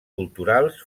culturals